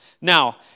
Now